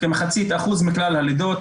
כ-0.5% מכלל הלידות.